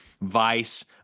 vice